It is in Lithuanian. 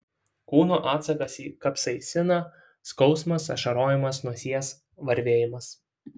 kūno atsakas į kapsaiciną skausmas ašarojimas nosies varvėjimas